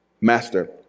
Master